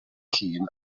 llun